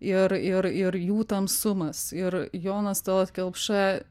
ir ir ir jų tamsumas ir jonas talat kelpša